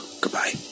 Goodbye